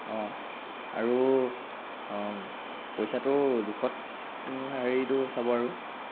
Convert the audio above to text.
আৰু পইচাটো জোখত হেৰিটো চাব আৰু